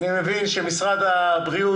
אני מייצג את הישובים --- אני מכיר אותך.